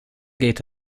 geht